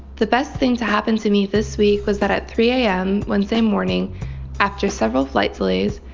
the best thing to happen to me this week was that at three a m. wednesday morning after several flight delays,